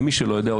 למי שלא יודע,